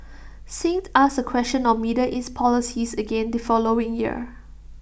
Singh's asked A question on middle east policies again the following year